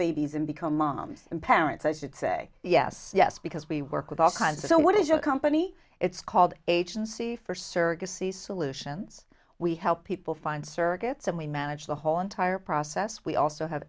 babies and become moms and parents i should say yes yes because we work with all kinds so what is your company it's called agency for surrogacy solutions we help people find surrogates and we manage the whole entire process we also ha